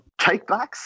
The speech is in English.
takebacks